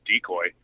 decoy